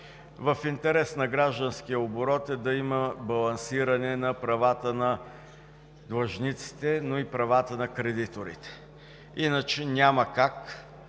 В интерес на гражданския оборот е да има балансиране на правата на длъжниците, но и правата на кредиторите, иначе няма как